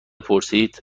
پرسید